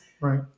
right